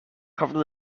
covered